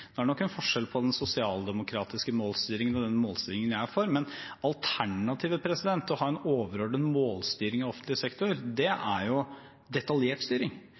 det nok en forskjell på den sosialdemokratiske målstyringen og den målstyringen jeg er for, men alternativet til å ha en overordnet målstyring i offentlig sektor, er detaljert styring. Det er